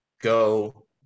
go